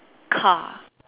car